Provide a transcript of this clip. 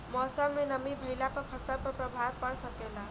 मौसम में नमी भइला पर फसल पर प्रभाव पड़ सकेला का?